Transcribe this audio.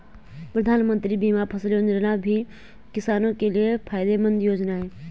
प्रधानमंत्री बीमा फसल योजना भी किसानो के लिये फायदेमंद योजना है